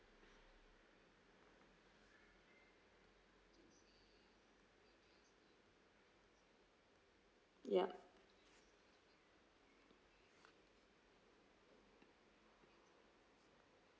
yup